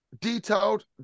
detailed